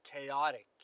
chaotic